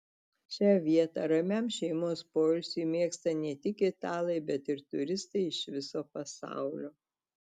šią vietą ramiam šeimos poilsiui mėgsta ne tik italai bet ir turistai iš viso pasaulio